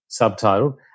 subtitled